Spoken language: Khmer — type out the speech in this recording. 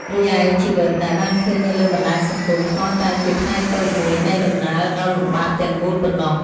រីឯ ជីវិតដែលបានឃើញនៅលើបណ្តាញសង្គម គ្រាន់តែជាផ្នែកតូចមួយនៃដំណើរដ៏លំបាកទាំងមូលប៉ុណ្ណោះ។